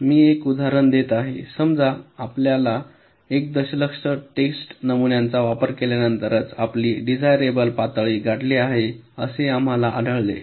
मी एक उदाहरण देत आहे समजा आपल्याला 1 दशलक्ष टेस्ट नमुन्यांचा वापर केल्यानंतरच आपली डिझायरेबल पातळी गाठली आहे असे आम्हाला आढळले